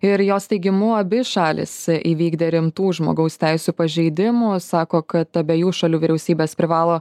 ir jos teigimu abi šalys įvykdė rimtų žmogaus teisių pažeidimų sako kad abejų šalių vyriausybės privalo